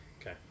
Okay